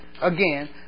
again